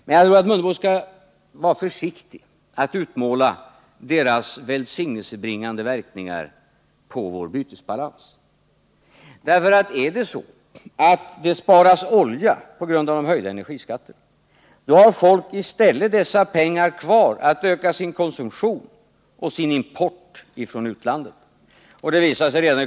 Men jag tror att Ingemar Mundebo skall vara försiktig med att utmåla deras välsignelsebringande verkningar på vår bytesbalans, därför att om det genom höjda energiskatter sparas olja och därmed sådana utgifter har folk i stället pengar till att öka sin konsumtion och annan import från utlandet.